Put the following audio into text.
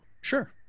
sure